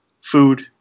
food